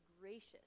gracious